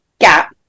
gap